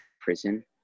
prison